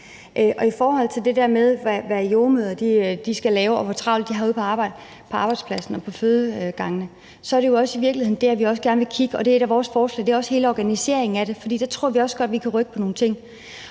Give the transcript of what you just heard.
i forhold til det der med hvad jordemødre skal lave og hvor travlt de har ude på arbejdspladsen, på fødegangene, er det i virkeligheden også det, vi gerne vil kigge på. Det er et af vores forslag. Det vedrører også hele organiseringen af det, for der tror vi også godt, at vi kan rykke på nogle ting.